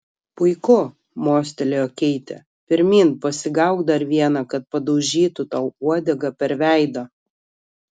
puiku mostelėjo keitė pirmyn pasigauk dar vieną kad padaužytų tau uodega per veidą